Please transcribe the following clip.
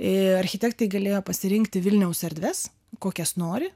ir architektai galėjo pasirinkti vilniaus erdves kokias nori